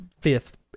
fifth